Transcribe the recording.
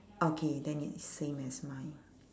okay then it's same as mine